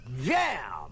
Jam